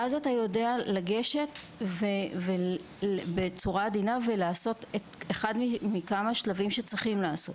ואז אתה יודע לגשת בצורה עדינה ולעשות אחד מכמה שלבים שצריכים לעשות.